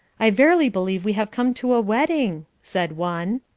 i verily believe we have come to a wedding, said one.